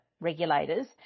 regulators